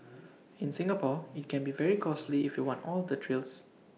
in Singapore IT can be very costly if you want all the trills